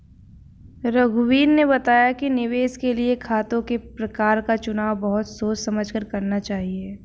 रघुवीर ने बताया कि निवेश के लिए खातों के प्रकार का चुनाव बहुत सोच समझ कर करना चाहिए